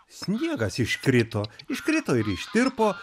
sniegas iškrito iškrito ir ištirpo